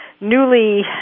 newly